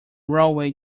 railway